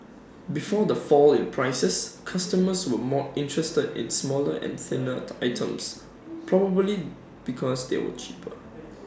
before the fall in prices customers were more interested in smaller and thinner items probably because they were cheaper